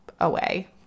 away